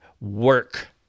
work